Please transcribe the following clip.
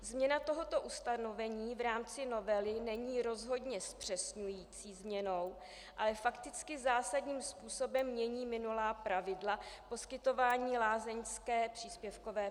Změna tohoto ustanovení v rámci novely není rozhodně zpřesňující změnou, ale fakticky zásadním způsobem mění minulá pravidla poskytování lázeňské příspěvkové péče.